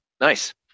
Nice